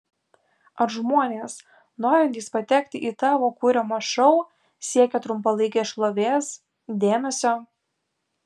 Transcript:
ar žmonės norintys patekti į tavo kuriamą šou siekia trumpalaikės šlovės dėmesio